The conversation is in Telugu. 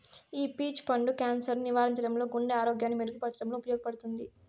ఈ పీచ్ పండు క్యాన్సర్ ను నివారించడంలో, గుండె ఆరోగ్యాన్ని మెరుగు పరచడంలో ఉపయోగపడుతుంది